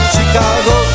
Chicago